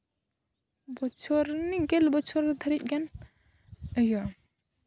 ᱵᱚᱪᱷᱚᱨ ᱱᱤᱝᱠᱟᱹ ᱜᱮᱞ ᱵᱚᱪᱷᱚᱨ ᱫᱷᱟᱹᱨᱤᱡ ᱜᱟᱱ ᱦᱩᱭᱩᱜᱼᱟ